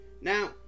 Now